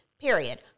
period